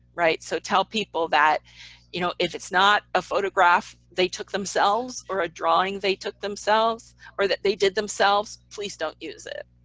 right. so tell people that you know if it's not a photograph they took themselves, or a drawing they took themselves, or that they did themselves, please don't use it.